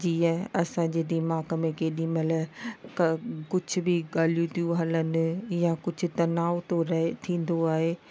जीअं असांजे दिमाग़ में केॾी महिल का कुझु बि ॻाल्हियूं थियूं हलनि या कुझु तनाव थो रहे थींदो आहे